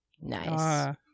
Nice